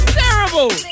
terrible